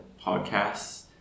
podcasts